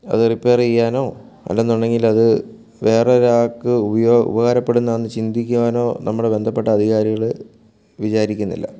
അതു റിപ്പയർ ചെയ്യാനോ അല്ലെന്നുണ്ടെങ്കിലത് വേറൊരാൾക്ക് ഉപ ഉപകാരപ്പെടുന്നോന്ന് ചിന്തിക്കുവാനോ നമ്മളെ ബന്ധപ്പെട്ട അധികാരികൾ വിചാരിക്കുന്നില്ല